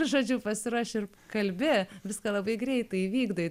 žodžiu pasiruoši ir kalbi viską labai greitai įvykdai